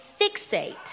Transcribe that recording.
fixate